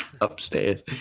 upstairs